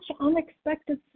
unexpected